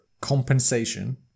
compensation